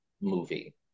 movie